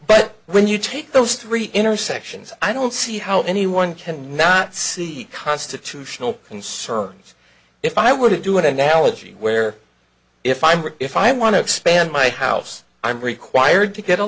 but when you take those three intersections i don't see how anyone can not see constitutional concerns if i were to do it analogy where if i were if i want to expand my house i'm required to get a